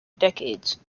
decades